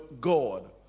God